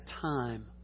time